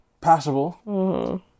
passable